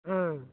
ஆ